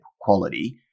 quality